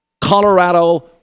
Colorado